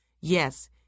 Yes